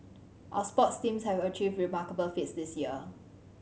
our sports teams have achieved remarkable feats this year